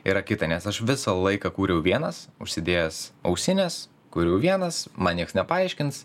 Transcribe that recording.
yra kita nes aš visą laiką kūriau vienas užsidėjęs ausines kuriu vienas man nieks nepaaiškins